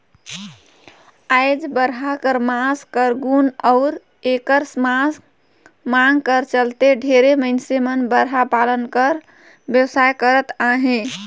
आएज बरहा कर मांस कर गुन अउ एकर मांग कर चलते ढेरे मइनसे मन बरहा पालन कर बेवसाय करत अहें